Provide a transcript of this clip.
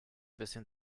bisschen